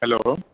hello